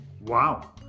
Wow